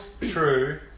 true